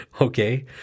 Okay